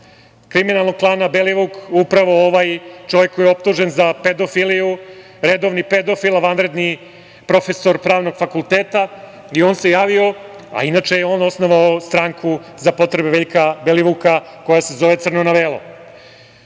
kriminalnog klana Belivuk, upravo ovaj čovek koji je optužen za pedofiliju, redovan pedofil, a vanredni profesor Pravnog fakulteta, i on se javio, a inače je on osnovao stranku za potrebe Veljka Belivuka, koja se zove „ crno na belo“.A